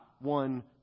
one